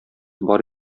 бар